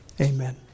amen